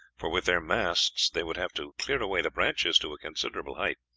for with their masts they would have to clear away the branches to a considerable height.